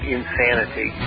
insanity